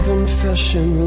confession